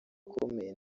ikomeye